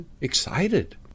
excited